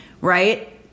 right